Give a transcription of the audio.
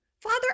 Father